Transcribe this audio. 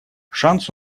шанс